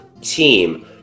team